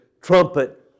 trumpet